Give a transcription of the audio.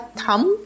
thumb